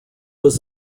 was